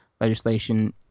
legislation